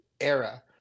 era